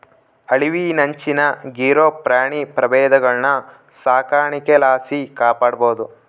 ಅಳಿವಿನಂಚಿನಾಗಿರೋ ಪ್ರಾಣಿ ಪ್ರಭೇದಗುಳ್ನ ಸಾಕಾಣಿಕೆ ಲಾಸಿ ಕಾಪಾಡ್ಬೋದು